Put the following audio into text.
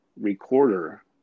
recorder